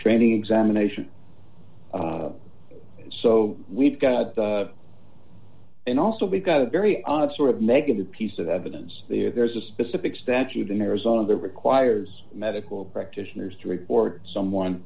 training examination so we've got and also we've got a very odd sort of negative piece of evidence there's a specific statute in arizona that requires medical practitioners to report someone